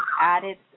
added